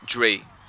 Dre